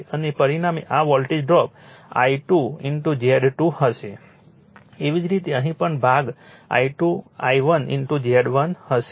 અને પરિણામે આ વોલ્ટેજ ડ્રોપ I2 Z2 હશે તેવી જ રીતે અહીં પણ આ ભાગ I2 I1 Z1 હશે